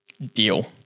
deal